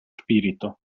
spirito